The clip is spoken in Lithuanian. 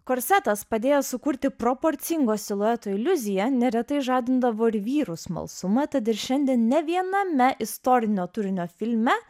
korsetas padėjo sukurti proporcingo silueto iliuziją neretai žadindavo ir vyrų smalsumą tad ir šiandien ne viename istorinio turinio filme